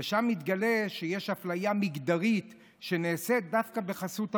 ושם מתגלה שיש אפליה מגדרית שנעשית דווקא בחסות המדינה.